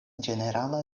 ĝenerala